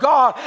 God